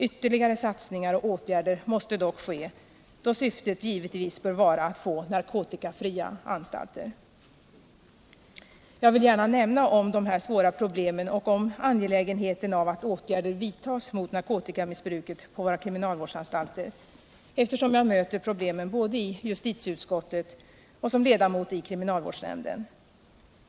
Ytterligare satsningar och åtgärder måste dock ske, då syftet givetvis bör vara att få narkotikafria anstalter. Jag vill gärna peka på dessa svåra problem och understryka angelägenheten av att åtgärder vidtas mot narkotikamissbruket på våra kriminalvårdsanstalter, eftersom jag som ledamot av både justitieutskottet och kriminalvårdsnämnden ofta möter problemen.